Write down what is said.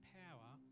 power